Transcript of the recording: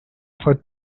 for